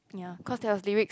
ya cause there was lyrics